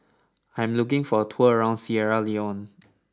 I am looking for a tour around Sierra Leone